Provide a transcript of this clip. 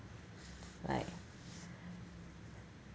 like